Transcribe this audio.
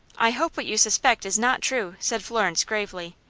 i hope what you suspect is not true, said florence, gravely.